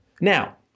Now